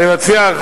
אני מציע,